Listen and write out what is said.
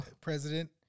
President